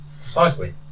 Precisely